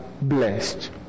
blessed